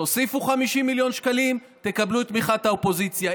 תוסיפו 50 מיליון שקלים, תקבלו תמיכת האופוזיציה.